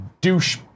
douche